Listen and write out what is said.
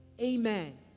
Amen